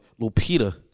Lupita